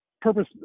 purpose